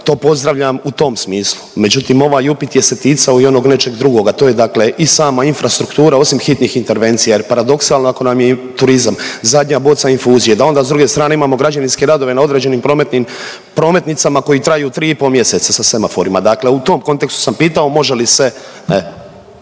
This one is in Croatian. to pozdravljam u tom smislu, međutim, ovaj upit je se ticao i onog nečeg drugog, a to je dakle i sama infrastruktura osim hitnih intervencija jer paradoksalno, ako nam je turizam zadnja boca infuzije, da onda s druge strane imamo građevinske radove na određenim prometnim, prometnicama koji traju 3,5 mjeseca za semaforima. Dakle u tom kontekstu sam pitao, može li se